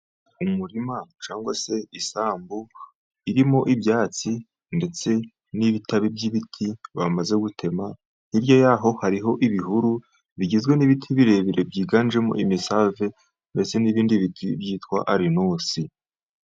Umurima cyangwa se isambu irimo ibyatsi ndetse n'ibitabi by'ibiti bamaze gutema, hirya yaho hariho ibihuru bigizwe n'ibiti birebire byiganjemo imisave, ndetse n'ibindi biti byitwa arinusi.